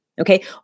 Okay